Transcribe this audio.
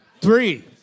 three